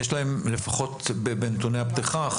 יש להם אחריות סטטוטורית, לפחות בנתוני הפתיחה.